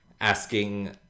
asking